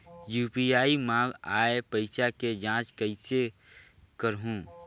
UPI मा आय पइसा के जांच कइसे करहूं?